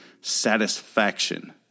satisfaction